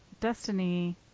Destiny